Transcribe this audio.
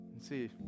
see